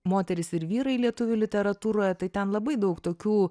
moterys ir vyrai lietuvių literatūroje tai ten labai daug tokių